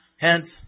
Hence